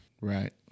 Right